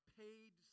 paid